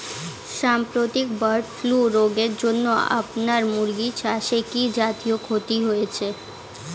সাম্প্রতিক bird flu রোগের জন্য আপনার মুরগি চাষে কি জাতীয় ক্ষতি হয়েছে?